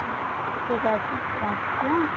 হুম ঠিক আছে রাখছি হ্যাঁ